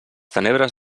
tenebres